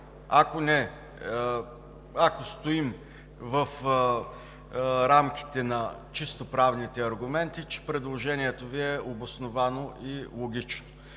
ако стоим в рамките на чисто правните аргументи, предложението Ви е обосновано и логично,